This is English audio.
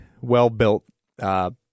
well-built